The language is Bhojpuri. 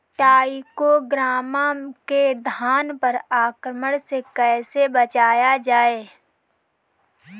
टाइक्रोग्रामा के धान पर आक्रमण से कैसे बचाया जाए?